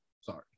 sorry